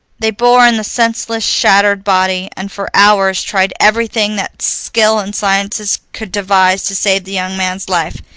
they bore in the senseless, shattered body, and for hours tried everything that skill and sciences could devise to save the young man's life.